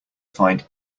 find